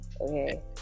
Okay